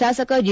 ಶಾಸಕ ಜಿ